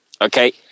Okay